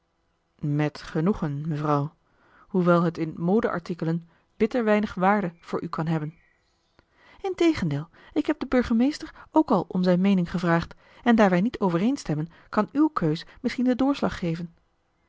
met genoegen mevrouw hoewel het in mode artikelen bitter weinig waarde voor u hebben kan integendeel ik heb den burgemeester ook al om zijn meening gevraagd en daar wij niet overeenstemmen kan uw keus misschien den doorslag geven